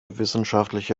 wissenschaftliche